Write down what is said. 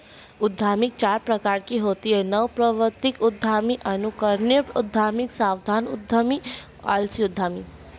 उद्यमिता चार प्रकार की होती है नवप्रवर्तक उद्यमी, अनुकरणीय उद्यमी, सावधान उद्यमी, आलसी उद्यमी